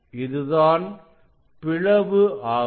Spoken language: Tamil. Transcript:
இதுதான் பிளவு ஆகும்